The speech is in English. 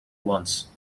ones